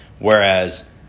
Whereas